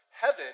Heaven